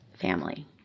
family